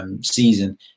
season